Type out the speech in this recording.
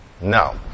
no